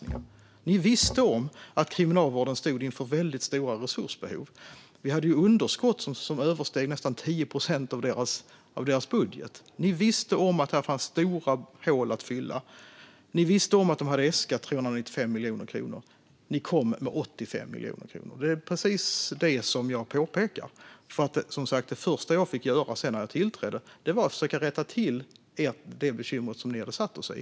Ni visste att Kriminalvården stod inför stora resursbehov, med underskott som nästan översteg 10 procent av deras budget. Ni visste om att det fanns stora hål att fylla. Ni visste om att de hade äskat 395 miljoner kronor, men ni kom med 85 miljoner kronor. Detta är precis vad jag påpekar. Det första jag fick göra när jag tillträdde var att försöka rätta till det bekymmer som ni hade satt oss i.